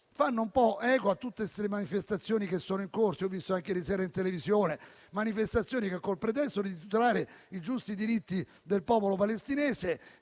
fanno un po' eco a tutte le manifestazioni in corso. Ho visto anche ieri sera in televisione manifestazioni che, con il pretesto di tutelare i giusti diritti del popolo palestinese,